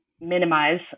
minimize